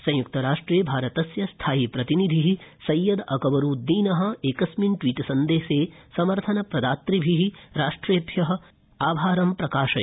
संयुक्तराष्ट्रे भारतस्य स्थायी प्रतिनिधि सप्त ि अकबरूद्दीन एकस्मिन् ट्वीट सन्देशे समर्थन प्रदातृभ्य राष्ट्रेभ्य आभारं प्रकाशयत्